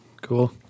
Cool